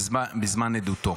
בזמן עדותו.